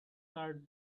cart